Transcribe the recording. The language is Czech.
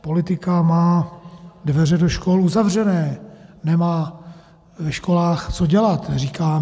Politika má dveře do škol uzavřené, nemá ve školách co dělat, říkáme.